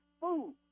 food